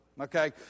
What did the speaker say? okay